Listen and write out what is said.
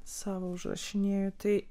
savo užrašinėju tai